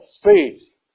faith